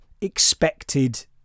expected